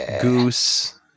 goose